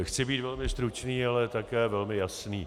Chci být velmi stručný, ale také velmi jasný.